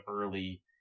early